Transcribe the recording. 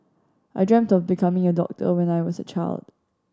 I dreamt of becoming a doctor when I was a child